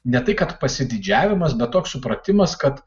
ne tai kad pasididžiavimas bet toks supratimas kad